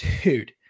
dude